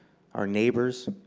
our neighbors,